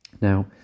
Now